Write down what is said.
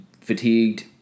fatigued